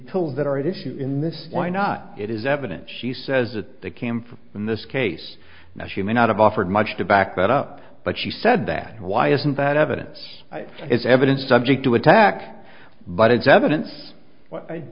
pills that are at issue in this why not it is evident she says that the camphor in this case now she may not have offered much to back that up but she said that why isn't that evidence is evidence subject to attack but it's evidence